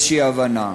לאיזושהי הבנה.